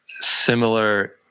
similar